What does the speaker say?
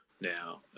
now